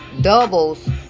doubles